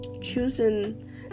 choosing